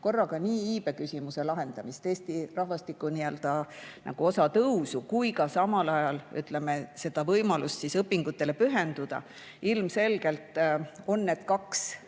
korraga nii iibeküsimuse lahendamist, Eesti rahvastiku [kasvu], kui ka samal ajal, ütleme, võimalust õpingutele pühenduda. Ilmselgelt on need kaks